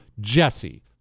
JESSE